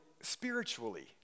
spiritually